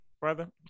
brother